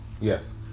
Yes